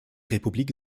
republik